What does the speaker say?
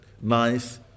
nice